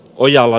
ojala